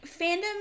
Fandom